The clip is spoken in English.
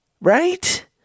Right